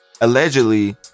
allegedly